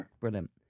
Brilliant